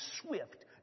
swift